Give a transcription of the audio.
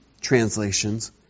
translations